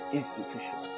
institution